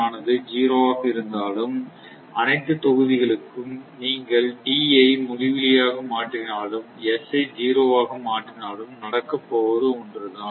ஆனது 0 ஆக இருந்தாலும் அனைத்து தொகுதிகளுக்கும் நீங்கள் t ஐ முடிவிலி ஆக மாற்றினாலும் S ஐ ஸிரோ ஆக மாற்றினாலும் நடக்கப் போவது ஒன்றுதான்